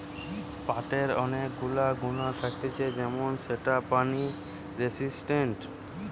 পাটের অনেক গুলা গুণা থাকতিছে যেমন সেটা পানি রেসিস্টেন্ট